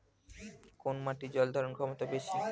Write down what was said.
কোন মাটির জল ধারণ ক্ষমতা বেশি?